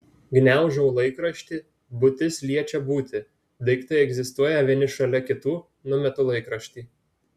gniaužau laikraštį būtis liečia būtį daiktai egzistuoja vieni šalia kitų numetu laikraštį